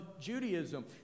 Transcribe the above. Judaism